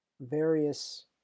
Various